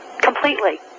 completely